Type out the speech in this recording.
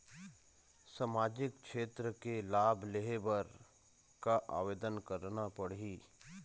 सामाजिक क्षेत्र के लाभ लेहे बर का आवेदन करना पड़ही?